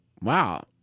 Wow